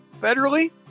federally